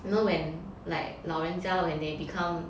you know like 老人家 when they become